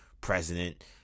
president